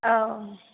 औ